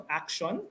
action